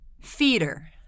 feeder